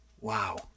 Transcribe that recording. wow